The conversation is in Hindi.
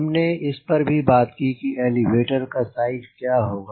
हमने इस पर भी बात की कि एलीवेटर का साइज क्या होगा